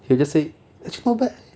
he'll just say actually not bad